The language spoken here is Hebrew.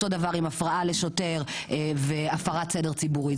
אותו דבר עם הפרעה לשוטר והפרת סדר ציבורי.